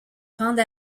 rendre